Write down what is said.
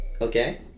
okay